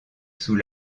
sous